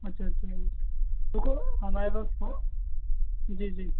اچھا تو ہمارے لوگ تو جی جی